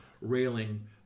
railing